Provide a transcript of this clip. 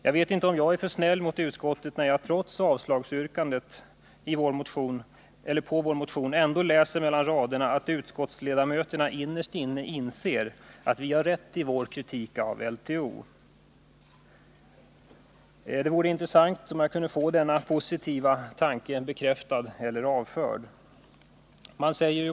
Jag vet inte om jag är för snäll mot utskottet när jag, trots avslagsyrkandet på vår motion, ändå läser mellan raderna att utskottsledamöterna innerst inne inser att vi har rätt i vår kritik av LTO. Det vore intressant om jag kunde få denna ”positiva tanke” bekräftad eller avförd.